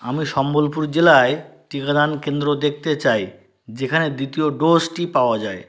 আমি সম্বলপুর জেলায় টিকাদান কেন্দ্র দেখতে চাই যেখানে দ্বিতীয় ডোজটি পাওয়া যায়